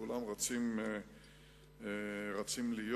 וכולם רוצים להיות